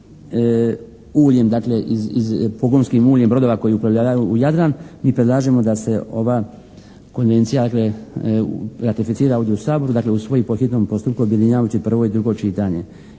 uljem, pogonskim uljem brodova koji uplovljavaju u Jadran mi predlažemo da se ova konvencija dakle ratificira ovdje u Saboru, dakle usvoji po hitnom postupku objedinjavajući prvo i drugo čitanje.